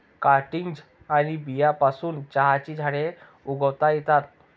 cuttings आणि बियांपासून चहाची झाडे उगवता येतात